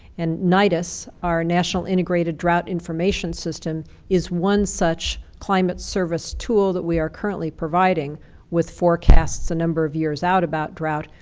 and nidis, our national integrated drought information system is one such climate service tool that we are currently providing with forecasts a number of years out about drought.